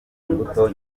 imbuto